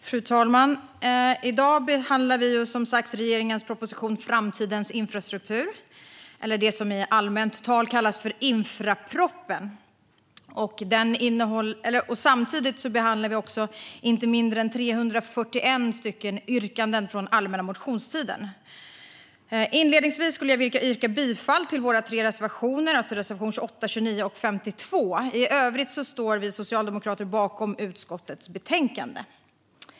Fru talman! I dag behandlar vi som sagt regeringens proposition Framtidens infrastruktur eller det som i allmänt tal kallas infraproppen. Samtidigt behandlar vi inte mindre än 341 yrkanden från allmänna motionstiden. Inledningsvis skulle jag vilja yrka bifall till våra tre reservationer, reservation 28, 29 och 52. I övrigt står vi socialdemokrater bakom utskottets förslag.